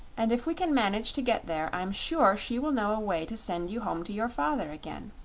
and if we can manage to get there i'm sure she will know a way to send you home to your father again.